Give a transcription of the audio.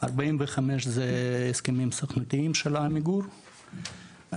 45 זה הסכמים סוכנותיים של עמיגור,